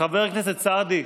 חבר הכנסת סעדי,